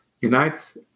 unites